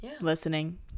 listening